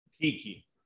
Kiki